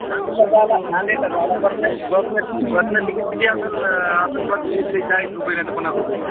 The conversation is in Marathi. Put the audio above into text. नांदेडला जायला नांदेडला जायला बसने बसने बसने तिकीट किती असंल असंल बघले इथले चाळीस रुपये ना तर पन्नास रुपये